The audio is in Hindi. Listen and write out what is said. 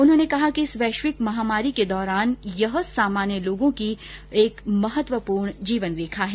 उन्होंने कहा कि इस वैश्विक महामारी के दौरान यह सामान्य लोगों की एक महत्वपूर्ण जीवन रेखा है